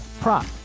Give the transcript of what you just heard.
prop